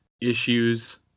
issues –